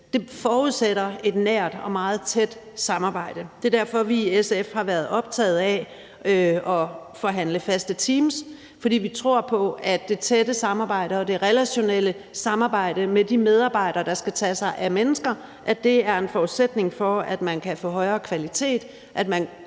Det forudsætter et nært og meget tæt samarbejde. Det er derfor, vi i SF har været optaget af at forhandle faste teams, fordi vi tror på, at det tætte samarbejde og det relationelle samarbejde med de medarbejdere, der skal tage sig af mennesker, er en forudsætning for, at man kan få højere kvalitet, og at man kan